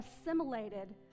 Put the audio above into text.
assimilated